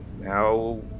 Now